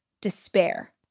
despair